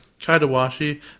Kaidawashi